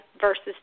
versus